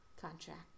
contract